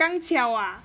刚巧 ah